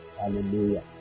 hallelujah